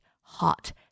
hot